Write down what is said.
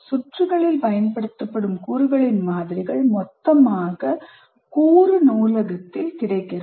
சுற்றுகளில் பயன்படுத்தப்படும் கூறுகளின் மாதிரிகள் மொத்தமாக கூறு நூலகத்தில் கிடைக்கிறது